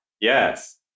Yes